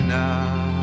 now